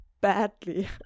badly